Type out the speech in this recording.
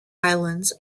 islands